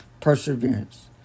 perseverance